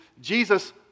Jesus